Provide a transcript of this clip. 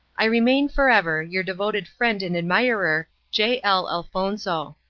i remain, forever, your devoted friend and admirer, j. i. elfonzo.